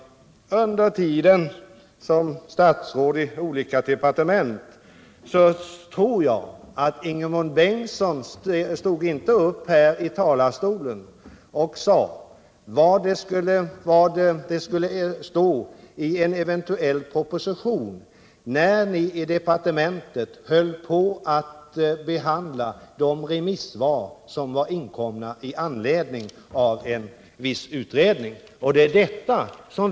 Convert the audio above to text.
Jag tror inte att Ingemund Bengtsson under sin tid som statsråd i olika departement gick upp i riksdagens talarstol och talade om vad det skulle stå i en eventuell proposition, medan man i departementet höll på att behandla de remissvar som var inkomna med anledning av en viss utredning.